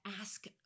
ask